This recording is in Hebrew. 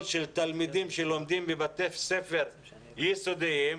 של תלמידים שלומדים בבתי ספר יסודיים,